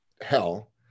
hell